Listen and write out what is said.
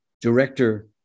Director